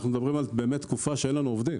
אנו מדברים על תקופה שאין לנו עובדים.